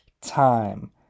time